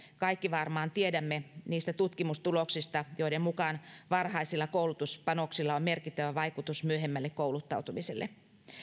kaikki varmaan tiedämme niistä tutkimustuloksista joiden mukaan varhaisilla koulutuspanoksilla on merkittävä vaikutus myöhempään kouluttautumiseen